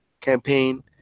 campaign